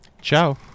Ciao